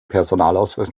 personalausweis